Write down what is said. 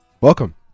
Welcome